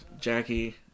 jackie